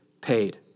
paid